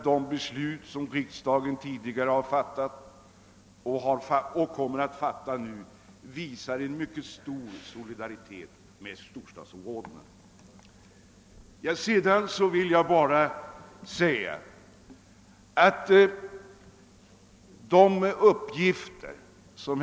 De beslut som riksdagen tidigare har fattat utgör enligt min mening bevis för en mycket stor solidaritet med storstadsområdena, och jag tror att detsamma skall kunna sägas med de beslut som riksdagen nu skall fatta.